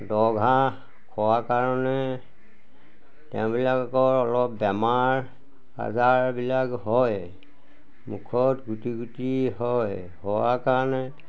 দল ঘাঁহ কাৰণে তেওঁবিলাকৰ অলপ বেমাৰ আজাৰবিলাক হয় মুখত গুটি হয়